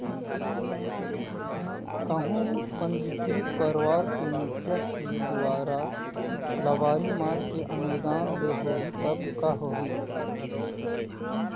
कहूँ पंजीकृत परवार के मुखिया के दुवारा लबारी मार के अनुदान ले होही तब का होही?